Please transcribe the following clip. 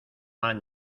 han